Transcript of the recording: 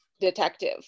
detective